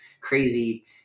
crazy